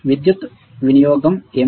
విద్యుత్ వినియోగం ఏమిటి